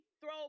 throw